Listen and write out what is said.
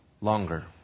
Longer